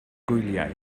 gwyliau